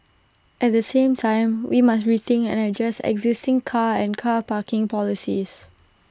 at the same time we must rethink and adjust existing car and car parking policies